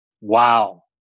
Wow